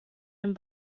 den